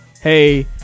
hey